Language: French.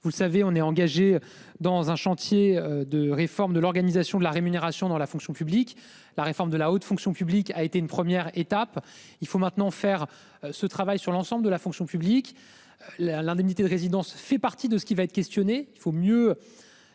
Vous savez on est engagé dans un chantier de réforme de l'organisation de la rémunération dans la fonction publique, la réforme de la haute fonction publique a été une première étape, il faut maintenant faire ce travail sur l'ensemble de la fonction publique. La l'indemnité de résidence fait partie de ce qui va être questionné,